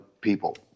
people